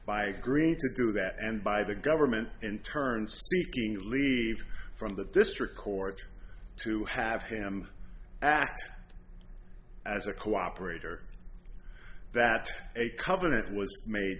by agreeing to do that and by the government in turn speaking leave from the district court to have him act as a cooperator that a covenant was made